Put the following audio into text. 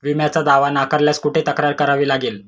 विम्याचा दावा नाकारल्यास कुठे तक्रार करावी लागेल?